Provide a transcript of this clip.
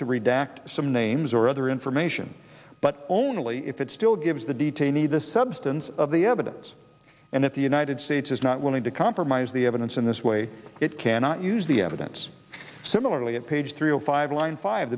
to redact some names or other information but only if it still gives the detainee the substance of the evidence and if the united states is not willing to compromise the evidence in this way it cannot use the evidence similarly at page three zero five line five